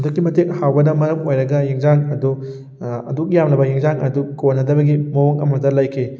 ꯑꯗꯨꯛꯀꯤ ꯃꯇꯤꯛ ꯍꯥꯎꯕꯅ ꯃꯔꯝ ꯑꯣꯏꯔꯒ ꯏꯟꯖꯥꯡ ꯑꯗꯨ ꯑꯗꯨꯛ ꯌꯥꯝꯂꯕ ꯏꯟꯖꯥꯡ ꯑꯗꯨ ꯀꯣꯟꯅꯗꯕꯒꯤ ꯃꯑꯣꯡ ꯑꯃꯗ ꯂꯩꯈꯤ